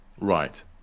Right